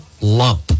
lump